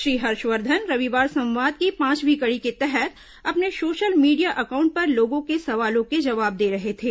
श्री हर्षवर्धन रविवार संवाद की पांचवीं कड़ी के तहत अपने सोशल मीडिया अकाउंट पर लोगों के सवालों के जवाब दे रहे थे